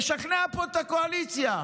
תשכנע פה את הקואליציה.